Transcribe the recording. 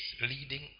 leading